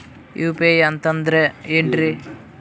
UPI ಅಂತಂದ್ರೆ ಏನ್ರೀ?